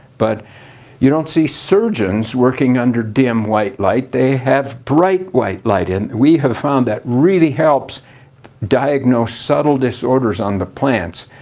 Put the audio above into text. but you don't see surgeons working under dim white light. they have bright white light. and we have found that really helps diagnose subtle disorders on the plants.